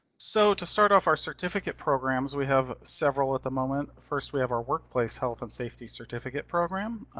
so to start off our certificate programs, we have several at the moment. first we have our workplace health and safety certificate program.